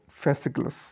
fasciculus